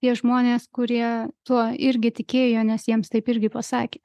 tie žmonės kurie tuo irgi tikėjo nes jiems taip irgi pasakė